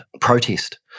protest